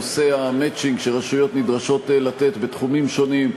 נושא המצ'ינג שרשויות נדרשות לתת בתחומים שונים,